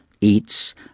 eats